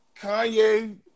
Kanye